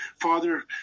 Father